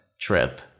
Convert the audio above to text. trip